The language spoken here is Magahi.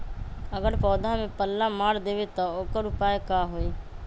अगर पौधा में पल्ला मार देबे त औकर उपाय का होई?